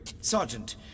Sergeant